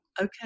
Okay